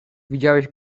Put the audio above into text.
widziałeś